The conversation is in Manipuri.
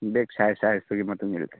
ꯕꯦꯒ ꯁꯥꯏꯖ ꯁꯥꯏꯖꯇꯨꯒꯤ ꯃꯇꯨꯡ ꯏꯜꯂꯦ